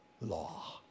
law